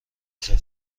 رزرو